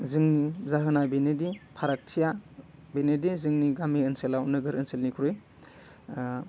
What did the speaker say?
जोंनि जाहोना बिनोदि फारागथिया बेनोदि जोंनि गामि ओनसोलाव नोगोर ओनसोलनिख्रुइ